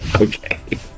Okay